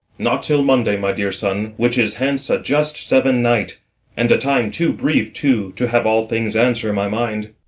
not till monday, my dear son, which is hence a just seven-night and a time too brief too, to have all things answer my mind.